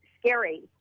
scary